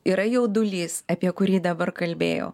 yra jaudulys apie kurį dabar kalbėjau